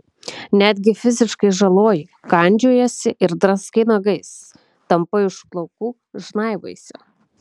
netgi fiziškai žaloji kandžiojiesi ir draskai nagais tampai už plaukų žnaibaisi